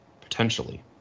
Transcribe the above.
potentially